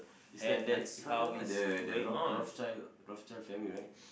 it's like I if I'm not wrong the the Roth~ Rothschild Rothschild family right